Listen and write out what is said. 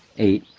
eight.